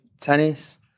tennis